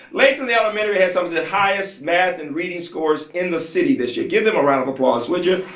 lakeland elementary has some of the highest math and reading scores in the city this year. give them a round of applause, would ya?